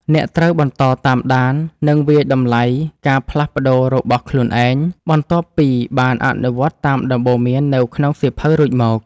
អ្នកត្រូវបន្តតាមដាន និងវាយតម្លៃការផ្លាស់ប្តូររបស់ខ្លួនឯង បន្ទាប់ពីបានអនុវត្តតាមដំបូន្មាននៅក្នុងសៀវភៅរួចមក។